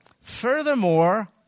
Furthermore